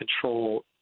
control